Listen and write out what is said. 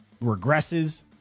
regresses